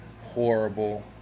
horrible